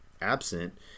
absent